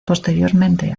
posteriormente